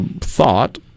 thought